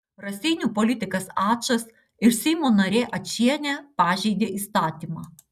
raseinių politikas ačas ir seimo narė ačienė pažeidė įstatymą